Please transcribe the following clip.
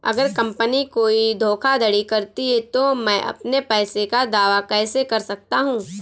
अगर कंपनी कोई धोखाधड़ी करती है तो मैं अपने पैसे का दावा कैसे कर सकता हूं?